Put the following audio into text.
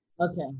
Okay